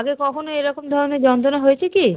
আগে কখনও এরকম ধরনের যন্তণা হয়েছে কি